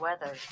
weather